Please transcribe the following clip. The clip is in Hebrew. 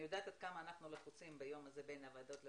אני יודעת עד כמה אנחנו לחוצים ביום הזה בין הוועדות השונות.